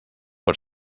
per